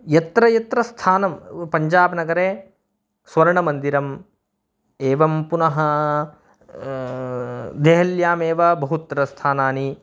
यत्र यत्र स्थानं पञ्जाब् नगरे स्वर्णमन्दिरम् एवं पुनः देहल्यामेव बहूनि स्थानानि